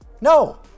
No